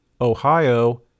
Ohio